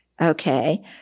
okay